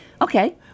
Okay